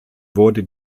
wurde